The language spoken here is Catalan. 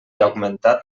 augmentat